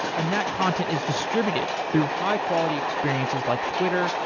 and that content is distributed through high quality experiences like, twitter,